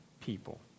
people